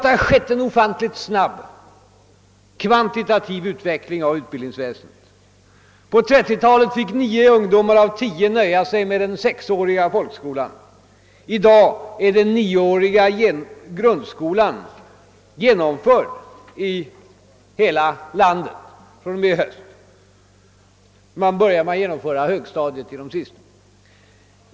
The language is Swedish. Det har skett en ofantligt snabb kvantitativ utveckling av utbildningsväsendet. På 1930-talet fick nio ungdomar av tio nöja sig med den sexåriga folkskolan. Från och med i höst är den nioåriga grundskolan genomförd i hela landet; man börjar nu genomföra högstadiet på de sista platserna.